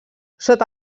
sota